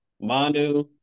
Manu